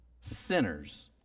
sinners